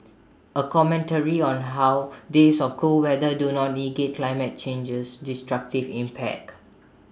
A commentary on how days of cool weather do not negate climate change's destructive impact